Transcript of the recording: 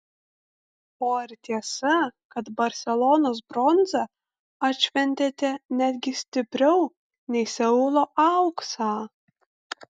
o ar tiesa kad barselonos bronzą atšventėte netgi stipriau nei seulo auksą